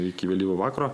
iki vėlyvo vakaro